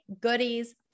goodies